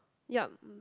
yup